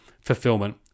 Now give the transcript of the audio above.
fulfillment